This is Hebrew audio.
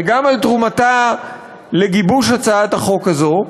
וגם על התרומה לגיבוש הצעת החוק הזאת,